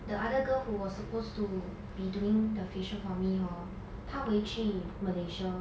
the other girl who was supposed to be doing the facial for me hor 她回去 malaysia